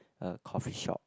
uh coffee shop